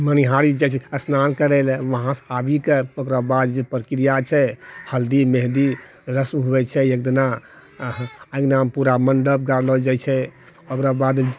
मणिहारी जाइ छै स्नान करै लए वहाँसँ आबिकऽ ओकरो बाद जे प्रक्रिया छै हल्दी मेहन्दी रस्म होइ छै ओतना अँगनामे पूरा मण्डप गाड़लो जाइ छै ओकरो बाद